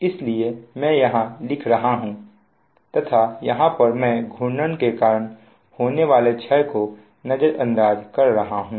इसलिए मैं यहां लिख रहा हूं तथा यहां पर मैं घूर्णन के कारण होने वाले क्षय को नजरअंदाज कर रहा हूं